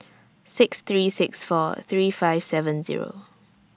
six three six four three five seven Zero